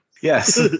Yes